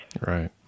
Right